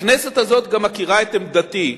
הכנסת הזאת גם מכירה את עמדתי,